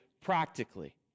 practically